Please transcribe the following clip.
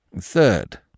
Third